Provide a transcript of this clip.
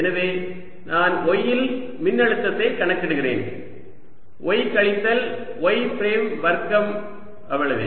எனவே நான் y இல் மின்னழுத்தத்தை கணக்கிடுகிறேன் y கழித்தல் y பிரைம் வர்க்கம் அவ்வளவே